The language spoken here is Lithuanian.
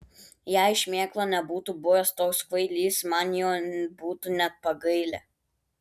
jei šmėkla nebūtų buvęs toks kvailys man jo būtų net pagailę